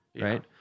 right